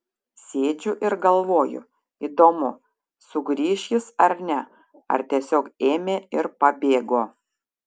sėdžiu ir galvoju įdomu sugrįš jis ar ne ar tiesiog ėmė ir pabėgo